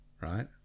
right